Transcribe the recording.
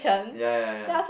ya ya ya ya